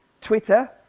Twitter